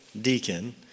deacon